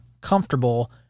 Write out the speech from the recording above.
comfortable